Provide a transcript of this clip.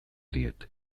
diet